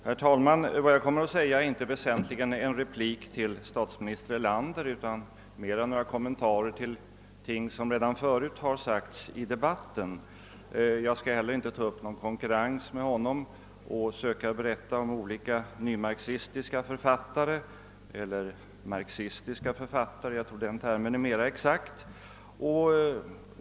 Herr talman! Vad jag kommer att säga är inte väsentligen en replik till statsminister Erlander utan mera några kommentarer till ting som redan förut sagts i debatten. Jag skall heller inte ta upp någon konkurrens med honom och berätta om olika nymarxistiska eller skall jag säga marxistiska författare, ty jag tror att den termen är mera exakt.